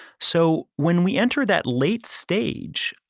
so when we enter that late stage,